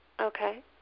Okay